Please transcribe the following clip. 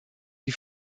die